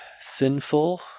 Sinful